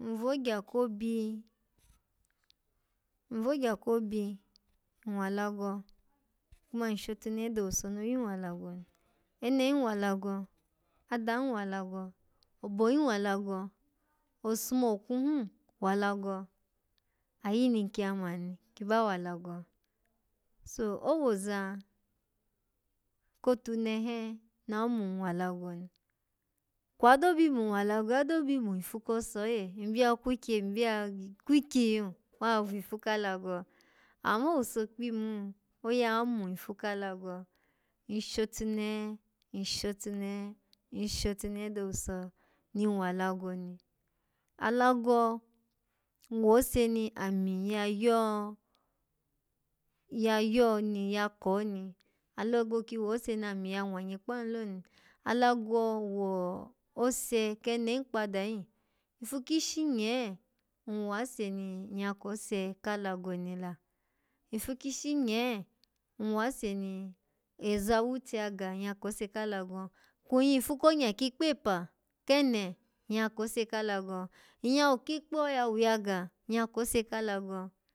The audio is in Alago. nvogya ko obi, nvogya ko obi, nwwa alago kuma nshotunehe do owuso no yun wa alago ni ene hin wa alago, adan wa alago, obo hin wa alago, osumoku hun wa alago ayi ni nki ya mani ki ba wa alago so owoza kotunehe na mun wa alago ni kwa da bi mun wa alago lo, abi mun wose oye, nbyi ya kwikye iyun wifu ka alago amma owuso kpinu hin oya amun ifu ka alago nshotunehe nshotunehe, nshotunehe do owuso ni nwwa alago ni alago, nwwose ni ami ya yo-ya yo ni nyya kon ni alago kyi wose nami ya nwanyi kpanu lo ni alago wo ose kenen kpada hin ifu kishinye nwwase ni nyya kose ka alago kwun yifu konya kikpo epa, kene, nyya kose ka alago nyyawu kikpo yawu yaga, nyya kose ka alago.